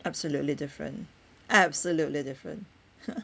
absolutely different absolutely different